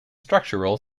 structural